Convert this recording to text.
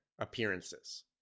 appearances